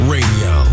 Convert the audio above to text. Radio